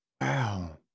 Wow